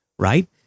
Right